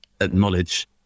acknowledge